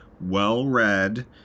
well-read